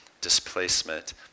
displacement